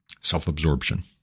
self-absorption